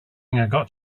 good